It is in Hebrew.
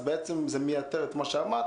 אז זה מייתר את מה שאמרת,